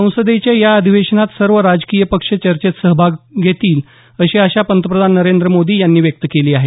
संसदेच्या या अधिवेशनात सर्व राजकीय पक्ष चर्चेत सहभाग घेतील अशी आशा पंतप्रधान नरेंद्र मोदी यांनी व्यक्त केली आहे